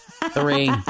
Three